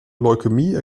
leukämie